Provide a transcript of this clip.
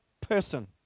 person